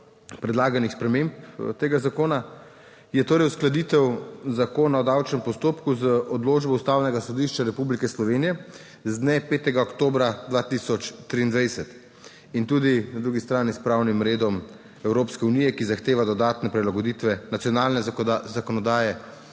predlaganih sprememb tega zakona je torej uskladitev Zakona o davčnem postopku z odločbo Ustavnega sodišča Republike Slovenije z dne 5. oktobra 2023, in tudi na drugi strani s pravnim redom Evropske unije, ki zahteva dodatne prilagoditve nacionalne zakonodaje